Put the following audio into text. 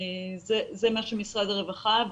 זה מה שמשרד הרווחה חילק,